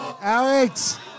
Alex